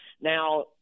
Now